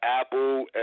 Apple